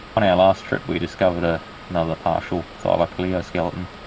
on our last trip we discovered ah another partial thylacoleo skeleton,